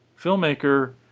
filmmaker